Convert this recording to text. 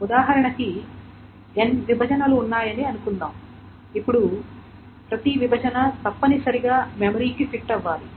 ఉదాహరణ కి n విభజనలు ఉన్నాయని అనుకుందాం ఇప్పుడు ప్రతి విభజన తప్పనిసరిగా మెమరీకి ఫిట్ అవ్వాలి